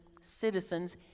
citizens